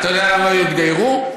יתגיירו?